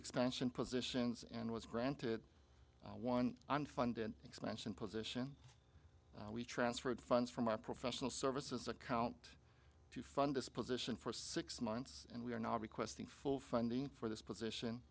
expansion positions and was granted one unfunded expansion position we transfer of funds from our professional services account to fund this position for six months and we are now requesting full funding for this position